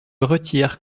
retire